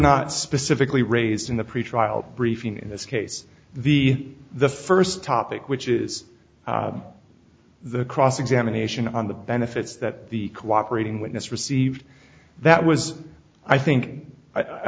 not specifically raised in the pretrial briefing in this case the the first topic which is the cross examination on the benefits that the cooperating witness received that was i think i